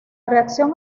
reacción